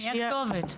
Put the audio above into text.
מי הכתובת?